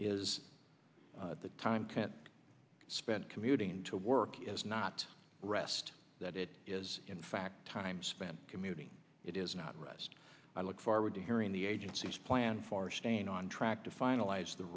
is the time spent commuting to work is not rest that it is in fact time spent commuting it is not rest i look forward to hearing the agency's plan for staying on track to finalize the